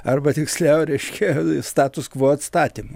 arba tiksliau reiškia status quo atstatymu